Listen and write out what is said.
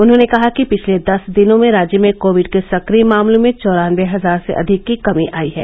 उन्होंने कहा कि पिछले दस दिनों में राज्य में कोविड के सक्रिय मामलों में चौरानबे हजार से अधिक की कमी आई है